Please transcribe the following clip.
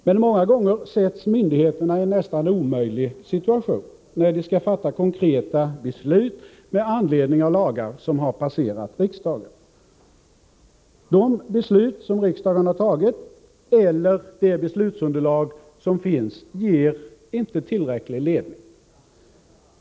Men många gånger sätts myndigheterna i en nästan omöjlig situation, när de skall fatta konkreta beslut med anledning av lagar som passerat riksdagen. De beslut som riksdagen har fattat eller det beslutsunderlag som finns ger inte tillräcklig ledning.